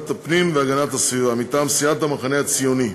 הפנים והגנת הסביבה: מטעם סיעת המחנה הציוני,